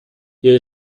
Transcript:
ihre